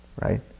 right